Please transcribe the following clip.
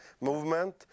movement